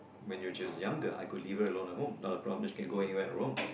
when she was younger I could leave her alone at home not a problem that she could go anywhere on her own